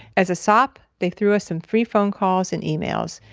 as a sop, they threw us some free phone calls and emails.